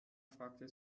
fragte